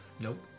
Nope